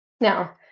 Now